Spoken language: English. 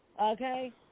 Okay